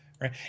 Right